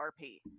RP